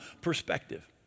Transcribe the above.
perspective